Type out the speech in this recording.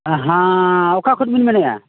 ᱦᱮᱸ ᱚᱠᱟ ᱠᱷᱚᱱ ᱵᱤᱱ ᱢᱮᱱᱮᱫᱼᱟ